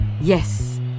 Yes